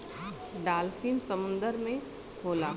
dolphin समुंदर में होला